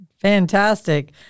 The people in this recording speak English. Fantastic